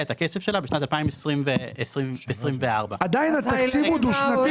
את הכסף שלה בשנת 2024. עדיין התקציב הוא דו-שנתי.